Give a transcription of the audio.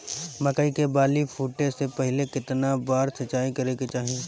मकई के बाली फूटे से पहिले केतना बार सिंचाई करे के चाही?